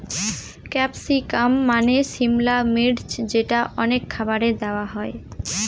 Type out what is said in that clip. capsicum মানে সিমলা মির্চ যেটা অনেক খাবারে দেওয়া হয়